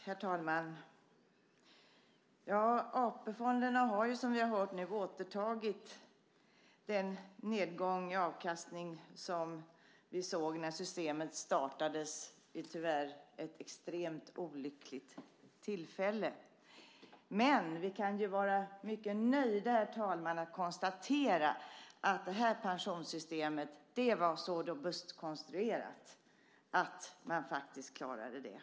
Herr talman! AP-fonderna har nu, som vi har hört, återtagit den nedgång i avkastning som vi såg när systemet startades vid ett tyvärr extremt olyckligt tillfälle. Men vi kan vara mycket nöjda, herr talman, med att kunna konstatera att det här pensionssystemet var så robust konstruerat att man faktiskt klarade det.